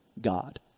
God